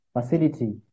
facility